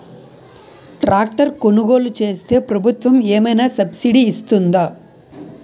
Tractor కొనుగోలు చేస్తే ప్రభుత్వం ఏమైనా సబ్సిడీ ఇస్తుందా?